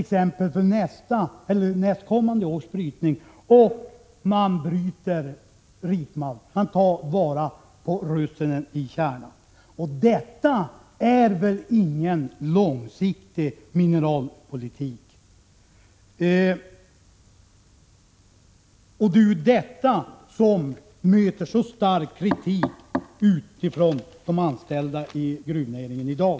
bereda för nästa eller nästkommande års brytning, och man bryter bara rikmalm. Man tar alltså bara vara på russinen i kakan. Detta är väl ingen långsiktig mineralpolitik? Det är ju bristen på en sådan som möter så stark kritik från de anställda i gruvnäringen i dag.